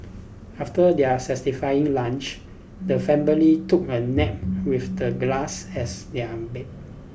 after their satisfying lunch the family took a nap with the grass as their bed